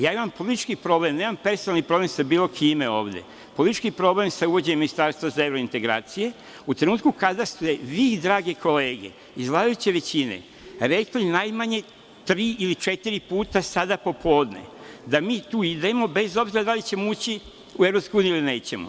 Ja imam politički problem, nemam personalni problem sa bilo kime ovde, politički problem sa uvođenjem ministarstva za evrointegracije u trenutku kada ste vi, drage kolege, iz vladajuće većine rekli najmanje tri ili četiri puta sada popodne da mi tu idemo bez obzira da li ćemo ući u EU ili nećemo.